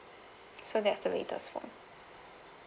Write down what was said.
so that's the latest phone